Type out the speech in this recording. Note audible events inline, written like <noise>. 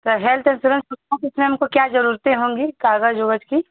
त health insurance <unintelligible> में हमको क्या जरूरतें होंगी